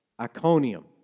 Iconium